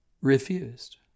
refused